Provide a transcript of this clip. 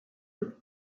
could